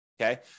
okay